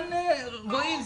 וכאן רואים,